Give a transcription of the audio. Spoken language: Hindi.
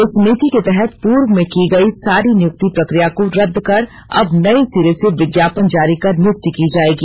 इस नीति के तहत पूर्व में की गयी सारी नियुक्ति प्रक्रिया को रदद कर अब नये सिरे से विज्ञापन जारी कर नियुक्ति की जायेगी